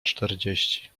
czterdzieści